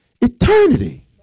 Eternity